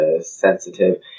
sensitive